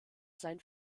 sein